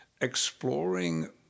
exploring